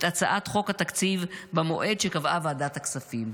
הצעת חוק התקציב במועד שקבעה ועדת הכספים.